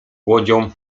łodzią